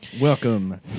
Welcome